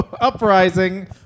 uprising